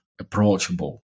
approachable